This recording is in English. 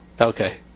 Okay